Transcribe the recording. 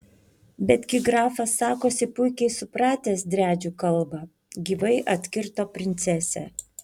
betgi grafas sakosi puikiai supratęs driadžių kalbą gyvai atkirto princesė